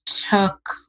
Took